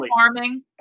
Farming